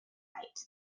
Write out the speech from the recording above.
right